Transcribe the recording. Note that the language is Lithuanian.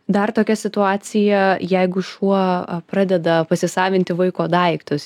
dar tokia situacija jeigu šuo pradeda pasisavinti vaiko daiktus